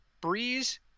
Breeze